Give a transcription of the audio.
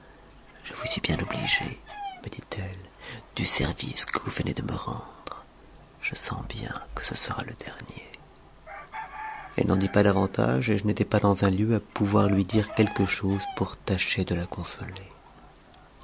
je vous suis bien obligée me dit-elle tu service que vous venez de me rendre je sens bien que ce sera le dernier elle n'en dit pas davantage et je n'étais pas dans un lieu à pouvoir lui dire quelque chose pour tâcher de la consoler